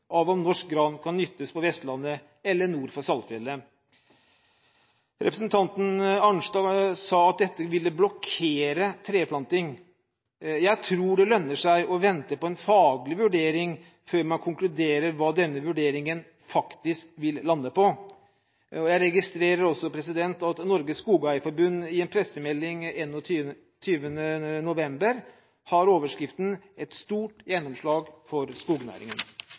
av om norsk gran kan nyttes på Vestlandet eller nord for Saltfjellet. Representanten Arnstad sa at dette ville blokkere treplanting. Jeg tror det lønner seg å vente på en faglig vurdering før man konkluderer hva denne vurderingen faktisk vil lande på. Jeg registrerer også at en pressemelding 21. november fra Norges Skogeierforbund har overskriften: «Stort gjennomslag for skognæringen!»